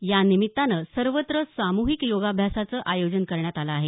या निमित्तानं सर्वत्र सामुहिक योगाभ्यासाचं आयोजन करण्यात आलं आहे